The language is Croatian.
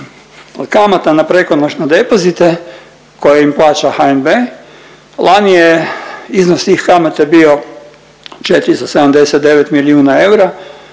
kamata na prekonoćne depozite koje im plaća HNB. Lani je iznos tih kamata bio 479 milijuna eura,